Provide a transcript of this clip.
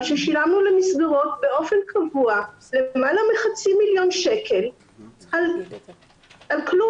ששילמנו למסגרות באופן קבוע למעלה מחצי מיליון שקל על כלום.